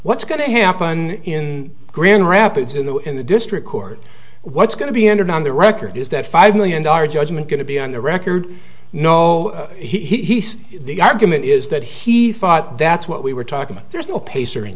what's going to happen in grand rapids in the in the district court what's going to be entered on the record is that five million dollars judgment going to be on the record no he's the argument is that he thought that's what we were talking about there's no pacer in